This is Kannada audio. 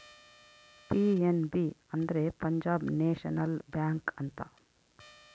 ಪಿ.ಎನ್.ಬಿ ಅಂದ್ರೆ ಪಂಜಾಬ್ ನೇಷನಲ್ ಬ್ಯಾಂಕ್ ಅಂತ